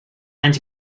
anys